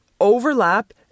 overlap